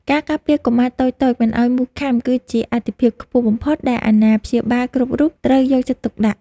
ការការពារកុមារតូចៗមិនឱ្យមូសខាំគឺជាអាទិភាពខ្ពស់បំផុតដែលអាណាព្យាបាលគ្រប់រូបត្រូវយកចិត្តទុកដាក់។